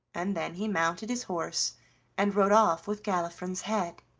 and then he mounted his horse and rode off with galifron's head.